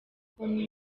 konti